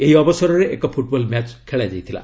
ଏହି ଅବସରରେ ଏକ ଫୁଟବଲ୍ ମ୍ୟାଚ୍ ଖେଳାଯାଇଥିଲା